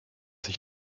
sich